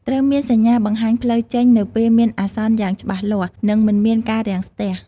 ត្រូវមានសញ្ញាបង្ហាញផ្លូវចេញនៅពេលមានអាសន្នយ៉ាងច្បាស់លាស់ និងមិនមានការរាំងស្ទះ។